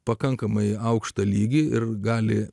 pakankamai aukštą lygį ir gali